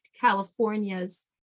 California's